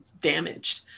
damaged